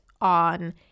on